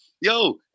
Yo